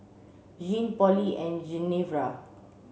Gene Polly and Genevra